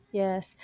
yes